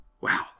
wow